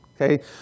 okay